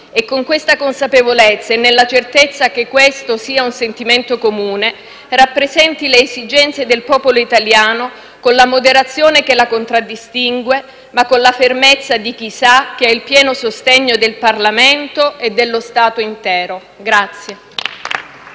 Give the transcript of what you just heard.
e, con questa consapevolezza e nella certezza che questo sia un sentimento comune, rappresenti le esigenze del popolo italiano con la moderazione che la contraddistingue, ma con la fermezza di chi sa che ha il pieno sostegno del Parlamento e dello Stato intero.